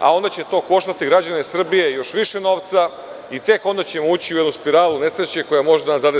a onda će to koštati građane Srbije još više novca i tek onda ćemo ući u jednu spiralu nesreće koja možda nas zadesi.